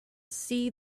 see